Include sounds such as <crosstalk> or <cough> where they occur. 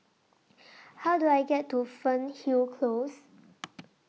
<noise> How Do I get to Fernhill Close <noise>